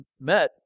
met